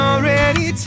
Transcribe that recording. Already